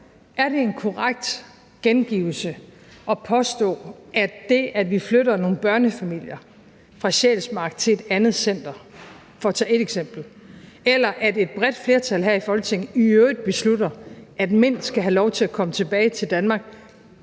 Er det en korrekt gengivelse at påstå, at det, at vi flytter nogle børnefamilier fra Sjælsmark til et andet center – for at tage ét eksempel – eller at et bredt flertal her i Folketinget i øvrigt beslutter, at Mint skal have lov til at komme tilbage til Danmark